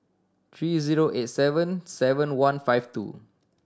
three zero eight seven seven one five two